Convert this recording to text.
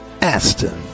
Aston